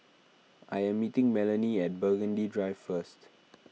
I am meeting Melony at Burgundy Drive first